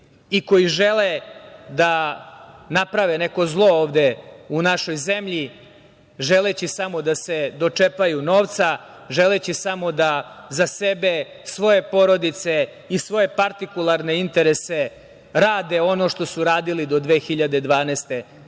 i koji žele da naprave neko zlo ovde u našoj zemlji, želeći samo da se dočepaju novca, želeći samo da za sebe, svoje porodice i svoje partikularne interese rade ono što su radili do 2012.